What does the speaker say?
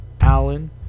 Allen